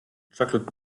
chocolate